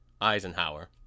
Eisenhower